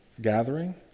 gathering